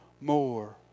more